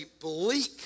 bleak